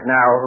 Now